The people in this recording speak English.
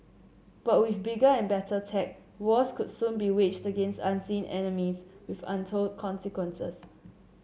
but with bigger and better tech wars could soon be waged against unseen enemies with untold consequences